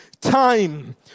time